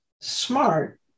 smart